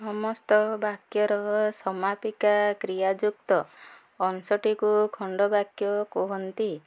ସମସ୍ତ ବାକ୍ୟର ସମାପିକା କ୍ରିୟା ଯୁକ୍ତ ଅଂଶଟିକୁ ଖଣ୍ଡବାକ୍ୟ କୁହନ୍ତି